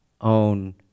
own